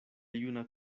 juna